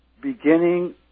beginning